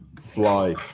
fly